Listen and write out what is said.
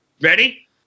Ready